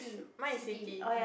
mine is Hwee-Tee